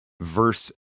verse